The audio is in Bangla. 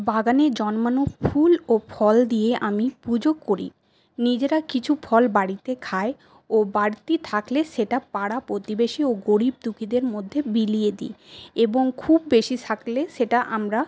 বাগানে জন্মানো ফুল ও ফল দিয়ে আমি পুজো করি নিজেরা কিছু ফল বাড়িতে খাই ও বাড়তি থাকলে সেটা পাড়া প্রতিবেশী ও গরিব দুঃখীদের মধ্যে বিলিয়ে দি এবং খুব বেশি থাকলে সেটা আমরা